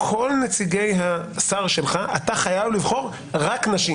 נציגי השר חייבים לבחור רק נשים.